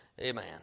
Amen